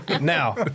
Now